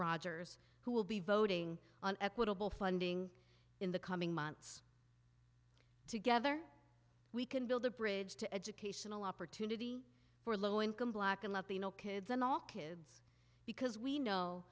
rogers who will be voting on equitable funding in the coming months together we can build a bridge to educational opportunity for low income black and latino kids and all kids because we know